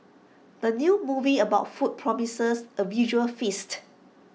the new movie about food promises A visual feast